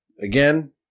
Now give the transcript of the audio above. Again